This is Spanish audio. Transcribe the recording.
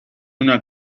una